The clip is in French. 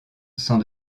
sans